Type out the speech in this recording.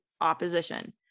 opposition